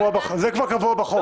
זה כבר קבוע בחוק.